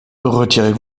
retirez